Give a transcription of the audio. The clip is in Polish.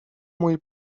mój